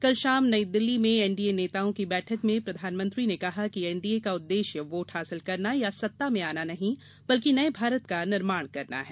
कल शाम नई दिल्ली में एनडीए नेताओं की बैठक में प्रधानमंत्री ने कहा कि एनडीए का उद्देश्य वोट हासिल करना या सत्ता में आना नहीं बल्कि नए भारत का निर्माण करना है